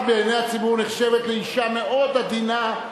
את בעיני הציבור נחשבת לאשה מאוד עדינה,